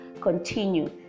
continue